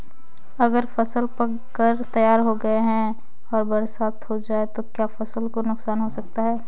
अगर फसल पक कर तैयार हो गई है और बरसात हो जाए तो क्या फसल को नुकसान हो सकता है?